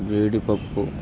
జీడిపప్పు